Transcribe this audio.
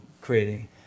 creating